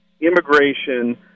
Immigration